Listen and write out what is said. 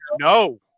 No